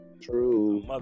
True